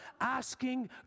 asking